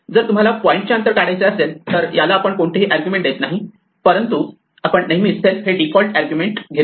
जर तुम्हाला पॉईंटचे अंतर काढायचे असेल तर याला आपण कोणतेही आर्ग्युमेंट देत नाहीत परंतु आपण नेहमी सेल्फ हे डिफॉल्ट आर्ग्युमेंट घेतो